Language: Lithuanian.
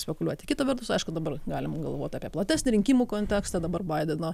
spekuliuoti kita vertus aišku dabar galima galvot apie platesnį rinkimų kontekstą dabar baideno